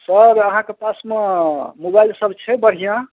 sir अहाँकऽ पासमे mobile सभ छै बढ़िआँ